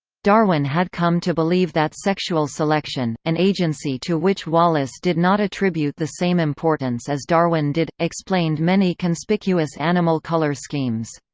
darwin had come to believe that sexual selection, an agency to which wallace did not attribute the same importance as darwin did, explained many conspicuous animal colour schemes.